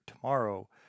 tomorrow